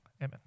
Amen